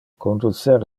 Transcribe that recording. conducer